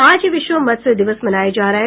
आज विश्व मत्स्य दिवस मनाया जा रहा है